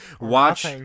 watch